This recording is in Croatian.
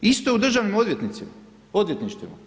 Isto u Državnim odvjetništvima.